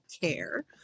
care